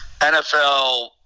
NFL